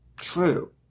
true